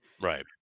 right